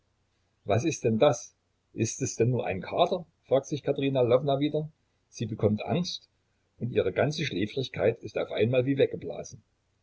was ist denn das ist es denn nur ein kater fragt sich katerina lwowna wieder sie bekommt angst und ihre ganze schläfrigkeit ist auf einmal wie weggeblasen